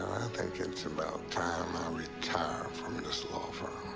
think it's about time i retire from this law firm.